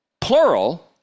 plural